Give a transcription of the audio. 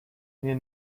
mir